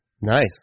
Nice